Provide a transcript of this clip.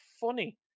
Funny